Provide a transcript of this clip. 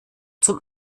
zum